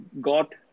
got